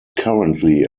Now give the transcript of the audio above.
currently